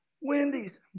Wendy's